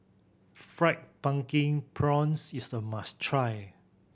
Fried Pumpkin Prawns is a must try